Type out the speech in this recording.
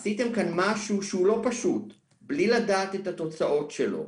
עשיתם כאן משהו שהוא לא פשוט בלי לדעת את התוצאות שלו.